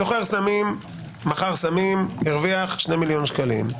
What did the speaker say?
סוחר סמים מכר סמים, הרוויח 2 מיליון שקלים.